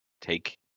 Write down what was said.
take